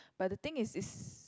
but the thing is is